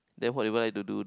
then what would you like to do